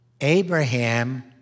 Abraham